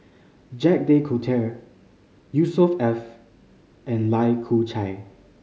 Jacques De Coutre Yusnor Ef and Lai Kew Chai